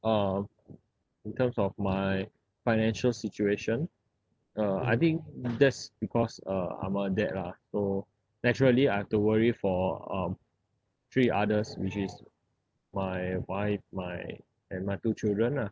uh in terms of my financial situation uh I think that's because uh I'm a dad lah so naturally I have to worry for um three others which is my wife my and my two children ah